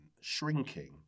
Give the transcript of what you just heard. shrinking